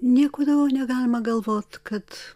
nieko daugiau negalima galvot kad